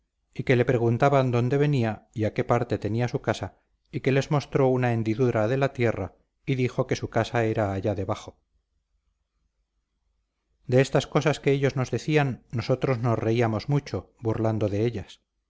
y que le preguntaban dónde venía y a qué parte tenía su casa y que les mostró una hendidura de la tierra y dijo que su casa era allá debajo de estas cosas que ellos nos decían nosotros nos reíamos mucho burlando de ellas